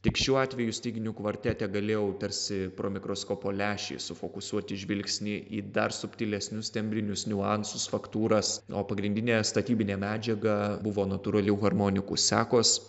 tik šiuo atveju styginių kvartete galėjau tarsi pro mikroskopo lęšį sufokusuoti žvilgsnį į dar subtilesnius tembrinius niuansus faktūras o pagrindinė statybinė medžiaga buvo natūralių harmonikų sekos